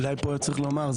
אולי פה צריך לומר,